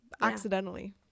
Accidentally